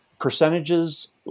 percentages